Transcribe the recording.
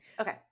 Okay